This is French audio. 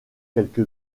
quelque